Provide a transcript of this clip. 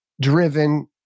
driven